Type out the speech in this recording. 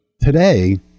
Today